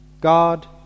God